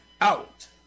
out